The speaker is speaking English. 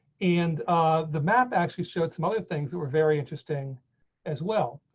and the map actually showed some other things that were very interesting as well.